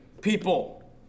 people